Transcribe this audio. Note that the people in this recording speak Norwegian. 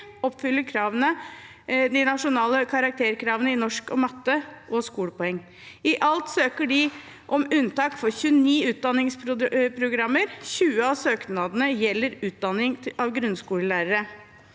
oppfyller de nasjonale karakterkravene i norsk og matte og antallet skolepoeng. I alt søker de om unntak for 29 utdanningsprogrammer. Tjue av søknadene gjelder utdanning av grunnskolelærere.